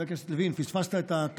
חבר הכנסת לוין,